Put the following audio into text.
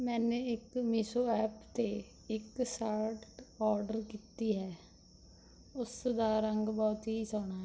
ਮੈਂ ਇੱਕ Meesho app 'ਤੇ ਇੱਕ ਸ਼ਰਟ ਓਡਰ ਕੀਤੀ ਹੈ ਉਸ ਦਾ ਰੰਗ ਬਹੁਤ ਹੀ ਸੋਹਣਾ ਹੈ